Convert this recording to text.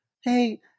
hey